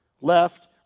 left